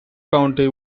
county